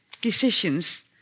decisions